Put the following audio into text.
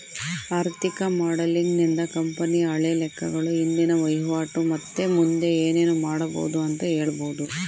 ಆರ್ಥಿಕ ಮಾಡೆಲಿಂಗ್ ನಿಂದ ಕಂಪನಿಯ ಹಳೆ ಲೆಕ್ಕಗಳು, ಇಂದಿನ ವಹಿವಾಟು ಮತ್ತೆ ಮುಂದೆ ಏನೆನು ಮಾಡಬೊದು ಅಂತ ಹೇಳಬೊದು